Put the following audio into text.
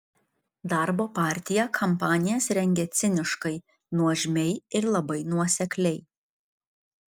darbo partija kampanijas rengia ciniškai nuožmiai ir labai nuosekliai